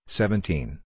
seventeen